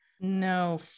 No